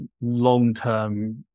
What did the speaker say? long-term